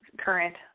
current